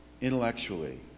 intellectually